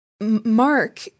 Mark